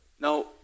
Now